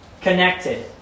connected